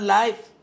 life